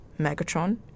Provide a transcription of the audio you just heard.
Megatron